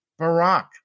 Barack